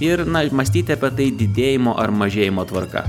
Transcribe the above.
ir na mąstyti apie tai didėjimo ar mažėjimo tvarka